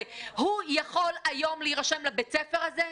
הוא יכול היום להירשם לבית ספר הזה?